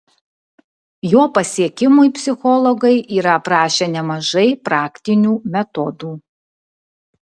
jo pasiekimui psichologai yra aprašę nemažai praktinių metodų